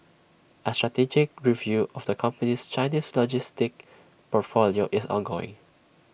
A strategic review of the company's Chinese logistics portfolio is ongoing